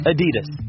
Adidas